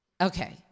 Okay